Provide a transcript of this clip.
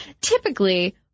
typically